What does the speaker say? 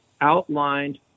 outlined